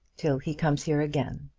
till he comes here again.